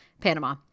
Panama